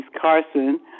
Carson